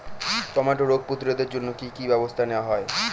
টমেটোর রোগ প্রতিরোধে জন্য কি কী ব্যবস্থা নেওয়া হয়?